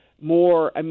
more